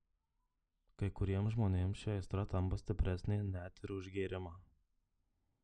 kai kuriems žmonėms ši aistra tampa stipresnė net ir už gėrimą